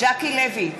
ז'קי לוי,